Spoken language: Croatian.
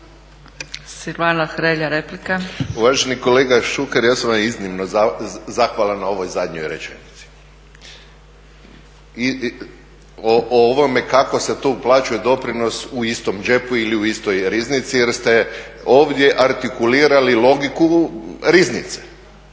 Silvano (HSU)** Uvaženi kolega Šuker, ja sam vam iznimno zahvalan na ovoj zadnjoj rečenici o ovome kako se tu uplaćuje doprinos u istom džepu ili u istoj riznici jer ste ovdje artikulirali logiku riznice